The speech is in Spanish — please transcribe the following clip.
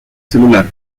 celular